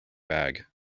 bag